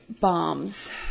Bombs